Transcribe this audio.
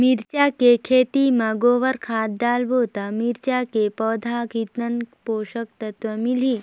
मिरचा के खेती मां गोबर खाद डालबो ता मिरचा के पौधा कितन पोषक तत्व मिलही?